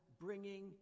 bringing